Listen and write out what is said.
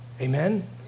Amen